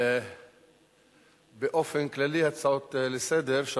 באופן כללי הצעות לסדר-היום,